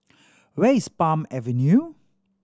where is Palm Avenue